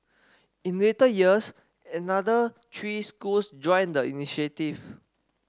in later years another three schools joined the initiative